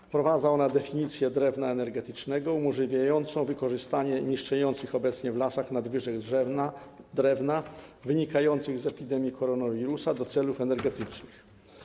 Wprowadza ona definicję drewna energetycznego umożliwiającą wykorzystanie niszczejących obecnie w lasach nadwyżek drewna, wynikających z epidemii koronawirusa, do celów energetycznych.